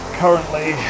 currently